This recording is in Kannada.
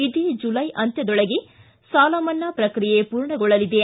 ಇದೇ ಜುಲೈ ಅಂತ್ಯದೊಳಗೆ ಸಾಲ ಮನ್ನಾ ಪ್ರಕ್ರಿಯೆ ಪೂರ್ಣಗೊಳ್ಳಲಿದೆ